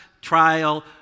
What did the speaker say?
trial